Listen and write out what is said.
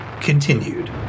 continued